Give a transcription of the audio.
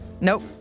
Nope